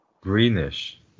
Greenish